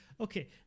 okay